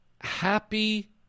happy